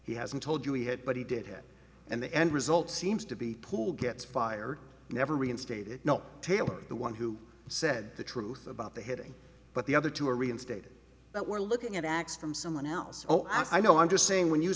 he hasn't told you he had but he did it and the end result seems to be pool gets fired never reinstated no taylor the one who said the truth about the hitting but the other two were reinstated but we're looking at x from someone else oh i know i'm just saying when you